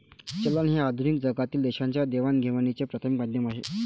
चलन हे आधुनिक जगातील देशांच्या देवाणघेवाणीचे प्राथमिक माध्यम आहे